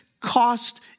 cost